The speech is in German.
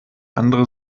andere